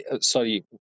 sorry